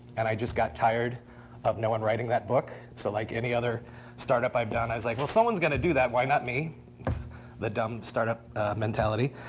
and i just got tired of no one writing that book. so like any other startup i've done, i was like, well, someone's going to do that. why not me? it's the dumb startup mentality.